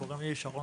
קוראים לי שרון